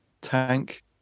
tank